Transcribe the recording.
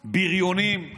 בריונים.